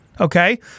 Okay